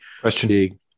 question